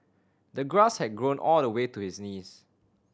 the grass had grown all the way to his knees